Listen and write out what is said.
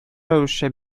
рәвешчә